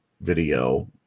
video